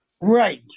right